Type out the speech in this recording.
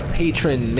patron